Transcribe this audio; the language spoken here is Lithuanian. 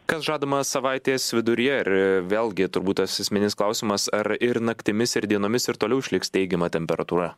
kas žadama savaitės viduryje ir vėlgi turbūt tas esminis klausimas ar ir naktimis ir dienomis ir toliau išliks teigiama temperatūra